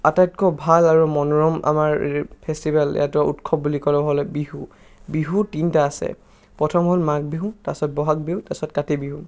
আটাইতকৈ ভাল আৰু মনোৰম আমাৰ ফেষ্টিভেল এটা উৎসৱ বুলি ক'লে বিহু বিহু তিনিটা আছে প্ৰথম হ'ল মাঘ বিহু তাৰপিছত বহাগ বিহু তাৰপিছত কাতি বিহু